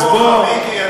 אני חדש כמוך, מיקי.